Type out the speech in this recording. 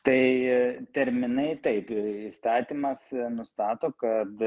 tai terminai taip įstatymas nustato kad